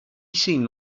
seemed